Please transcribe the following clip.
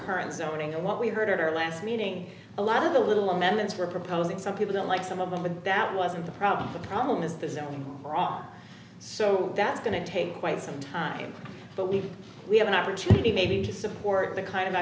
current zoning and what we heard at our last meeting a lot of the little amendments we're proposing some people don't like some of them but that wasn't the problem the problem is this is wrong so that's going to take quite some time but we we have an opportunity maybe to support the kind of